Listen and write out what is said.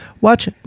Watch